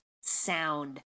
sound